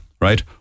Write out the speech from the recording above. Right